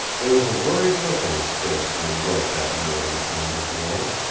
there was a worried look in his face when he wrote that note in the candle-glow.